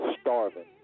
starving